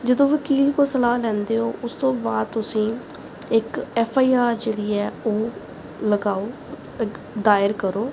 ਜਦੋਂ ਵਕੀਲ ਕੋਲੋਂ ਸਲਾਹ ਲੈਂਦੇ ਹੋ ਉਸ ਤੋਂ ਬਾਅਦ ਤੁਸੀਂ ਇੱਕ ਐੱਫ ਆਈ ਆਰ ਜਿਹੜੀ ਹੈ ਉਹ ਲਗਾਓ ਦਾਇਰ ਕਰੋ